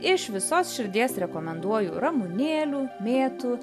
iš visos širdies rekomenduoju ramunėlių mėtų